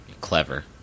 Clever